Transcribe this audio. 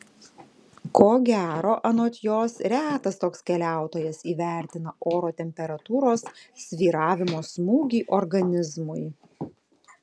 ko gero anot jos retas toks keliautojas įvertina oro temperatūros svyravimo smūgį organizmui